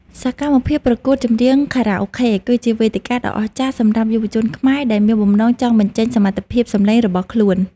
សកម្មភាពប្រកួតចម្រៀងចខារ៉ាអូខេគឺជាវេទិកាដ៏អស្ចារ្យសម្រាប់យុវជនខ្មែរដែលមានបំណងចង់បញ្ចេញសមត្ថភាពសម្លេងរបស់ខ្លួន។